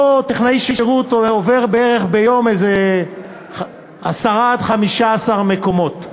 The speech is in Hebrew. אותו טכנאי שירות עובר ביום איזה עשרה עד 15 מקומות,